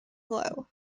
low